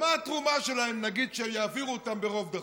מה התרומה שלהם, נגיד, כשיעבירו אותם ברוב דחוק?